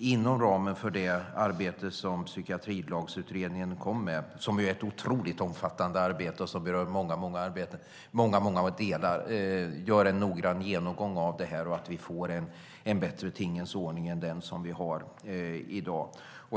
inom ramen för det arbete som Psykiatrilagsutredningen kom med, som ju är ett mycket omfattande arbete som berör många delar, gör en noggrann genomgång av detta och får en bättre tingens ordning än den vi har i dag.